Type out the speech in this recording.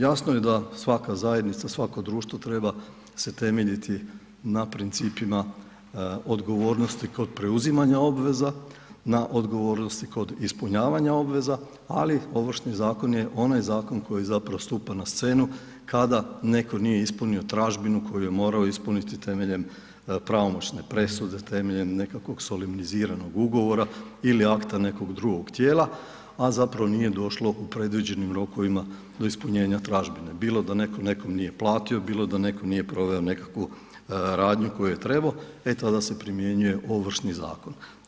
Jasno je da svaka zajednica, svako društvo treba se temeljiti na principima odgovornosti kod preuzimanja obveza, na odgovornosti kod ispunjavanja obveza, ali Ovršni zakon je onaj zakon koji zapravo stupa na scenu kada netko nije ispunio tražbinu koju je morao ispuniti temeljem pravomoćne presude, temeljem nekakvog solemniziranog ugovora ili akta nekog drugog tijela, a zapravo nije došlo u predviđenim rokovima do ispunjenja tražbine, bilo da netko nekom nije platio, bilo da netko nije proveo nekakvu radnju koju je trebao, e tada se primjenjuje Ovršni zakon.